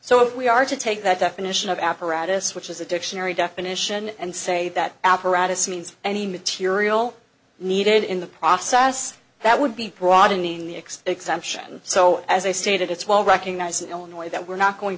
so if we are to take that definition of apparatus which is a dictionary definition and say that apparatus means any material needed in the process that would be prodding the x exemption so as i stated it's well recognized illinois that we're not going